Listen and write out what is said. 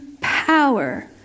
power